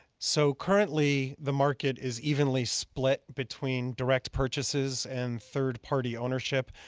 so currently the market is evenly split between direct purchases and third party ownership,